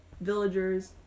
villagers